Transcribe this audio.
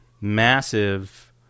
massive